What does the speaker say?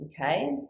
Okay